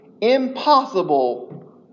impossible